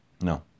No